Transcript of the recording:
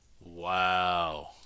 Wow